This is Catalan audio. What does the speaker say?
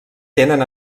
tenen